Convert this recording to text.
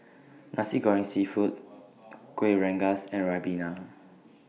Nasi Goreng Seafood Kueh Rengas and Ribena